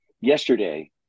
Yesterday